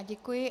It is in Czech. Děkuji.